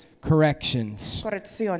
Corrections